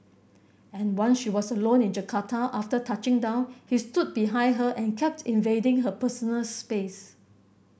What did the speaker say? and once she was alone in Jakarta after touching down he stood behind her and kept invading her personal space